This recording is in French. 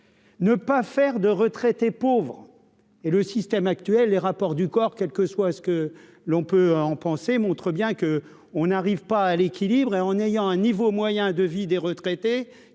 ne pas faire de retraités pauvres et le système actuel, les rapports du COR, quel que soit ce que l'on peut en penser, montre bien que on n'arrive pas à l'équilibre et en ayant un niveau moyen de vie des retraités